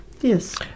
Yes